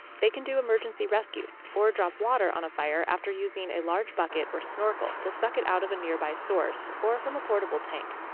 they can do emergency rescues or drop water on a fire after using a large bucket or snorkel to suck it out of a nearby source or from a portable tank.